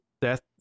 death